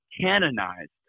canonized